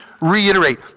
reiterate